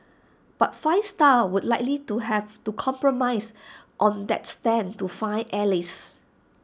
but five star would likely to have to compromise on that stand to find allies